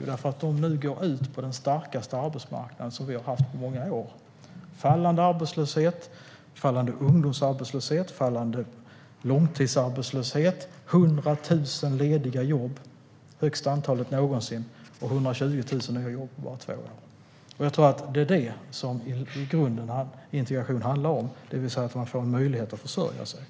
Jo, därför att de nu går ut på den starkaste arbetsmarknad vi har haft på många år med fallande arbetslöshet, fallande ungdomsarbetslöshet, fallande långtidsarbetslöshet, 100 000 lediga jobb - det högsta antalet någonsin - och 120 000 nya jobb på bara två år. Jag tror att det är det som integration i grunden handlar om, det vill säga att man får möjlighet att försörja sig.